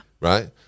Right